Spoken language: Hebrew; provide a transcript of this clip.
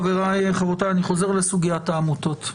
חבריי וחברותיי, אני חוזר לסוגיית העמותות.